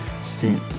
sin